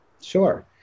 Sure